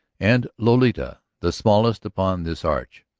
and lolita, the smallest upon this arch.